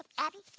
abby